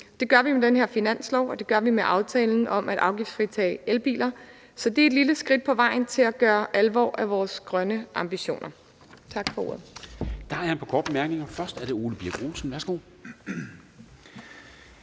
Det gør vi med den her finanslov, og det gør vi med aftalen om at afgiftsfritage elbiler. Så det er et lille skridt på vejen til at gøre alvor af vores grønne ambitioner. Tak for ordet. Kl. 11:56 Formanden (Henrik Dam Kristensen): Der er et par